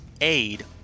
aid